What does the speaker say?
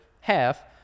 half